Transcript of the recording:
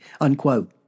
unquote